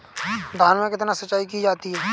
धान में कितनी सिंचाई की जाती है?